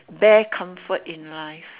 bare comfort in life